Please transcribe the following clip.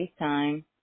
FaceTime